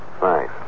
thanks